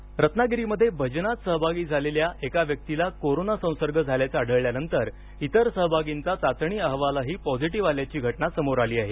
corona संसर्ग रत्नागिरीमध्ये भजनात सहभागी झालेल्या एका व्यक्तीला कोरोना संसर्ग झाल्याचं आढळल्यानंतर इतर सहभागींचा चाचणी अहवालही पॉझिटिव्ह आल्याची घटना समोर आली आहे